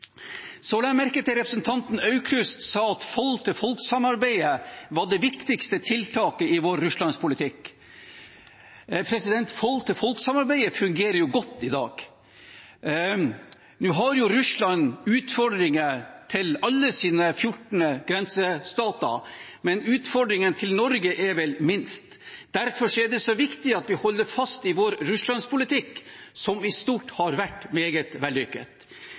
Så la jeg merke til at representanten Aukrust sa at folk-til-folk-samarbeidet var det viktigste tiltaket i vår Russland-politikk. Folk-til-folk-samarbeidet fungerer jo godt i dag. Nå har Russland utfordringer med alle sine 14 grensestater, men utfordringene med Norge er vel minst. Derfor er det så viktig at vi holder fast ved vår Russland-politikk, som i stort har vært meget vellykket.